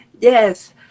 yes